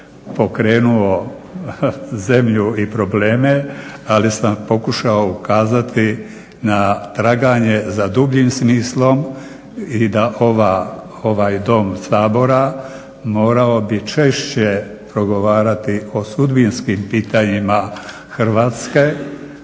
pokrenuo zemlju i probleme, ali sam pokušao ukazati na traganje za dubljim smislom i da ovaj dom Sabora morao bi češće progovarati o sudbinskim pitanjima Hrvatske,